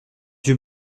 yeux